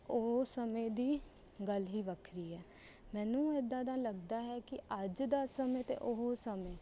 ਉਹ ਸਮੇਂ ਦੀ ਗੱਲ ਹੀ ਵੱਖਰੀ ਹੈ ਮੈਨੂੰ ਇੱਦਾਂ ਦਾ ਲੱਗਦਾ ਹੈ ਕਿ ਅੱਜ ਦੇ ਸਮੇਂ ਅਤੇ ਉਹ ਸਮੇਂ